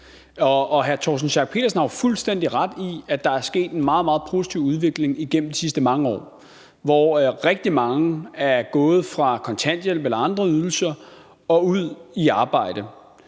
Pedersen har jo fuldstændig ret i, at der er sket en meget, meget positiv udvikling igennem de sidste mange år, hvor rigtig mange er gået fra kontanthjælp eller andre ydelser og ud i arbejde.